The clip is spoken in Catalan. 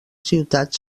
ciutat